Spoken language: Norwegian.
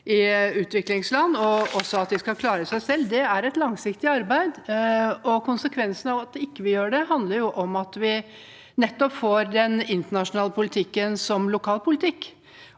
i utviklingsland, og også at de skal klare seg selv. Det er et langsiktig arbeid, og konsekvensen av at vi ikke gjør det, handler om at vi nettopp får den internasjonale politikken som lokalpolitikk,